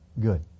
good